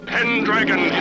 Pendragon